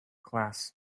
class